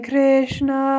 Krishna